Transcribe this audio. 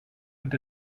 und